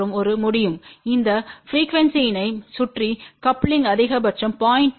மற்றும் ஒரு முடியும் இந்த ப்ரிக்யூவென்ஸிணைச் சுற்றி கப்லிங் அதிகபட்சம் 0